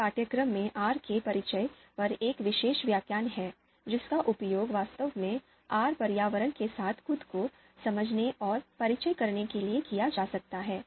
उस पाठ्यक्रम में आर के परिचय पर एक विशेष व्याख्यान है जिसका उपयोग वास्तव में आर पर्यावरण के साथ खुद को समझने और परिचित करने के लिए किया जा सकता है